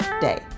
day